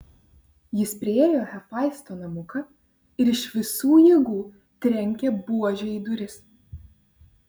jis priėjo hefaisto namuką ir iš visų jėgų trenkė buože į duris